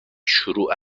شروع